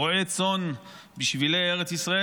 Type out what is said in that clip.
רועה צאן בשבילי ארץ ישראל,